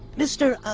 mr.